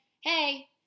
hey